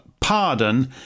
pardon